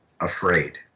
afraid